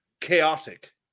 chaotic